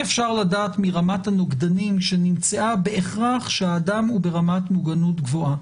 אפשר לדעת מרמת הנוגדנים שנמצאה בהכרח שהאדם הוא ברמת מוגנות גבוהה,